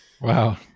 Wow